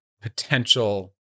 potential